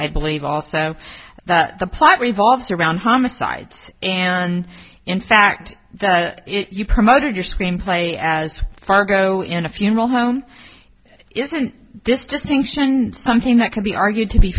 i believe also that the plot revolves around homicides and in fact that you promoted your screenplay as fargo in a funeral home isn't this distinction something that can be argued to be